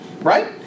Right